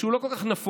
שהוא לא כל כך נפוץ,